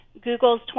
Google's